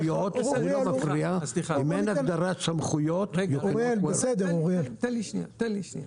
אם אין הגדרת סמכויות --- רגע, תן לי שנייה.